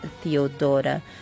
Theodora